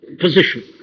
position